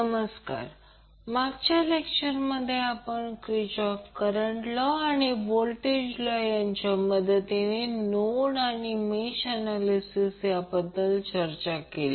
नमस्कार मागच्या लेक्चरमधे आपण क्रिचॉफ्फ करंट लॉ आणि व्होल्टेज लॉ यांच्या मदतीने नोड आणि मेष ऍनॅलिसिस याबाबत चर्चा केली